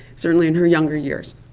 certainly in her younger years.